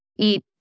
eat